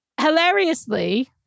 hilariously